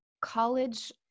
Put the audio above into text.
college